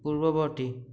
পূৰ্ৱবৰ্তী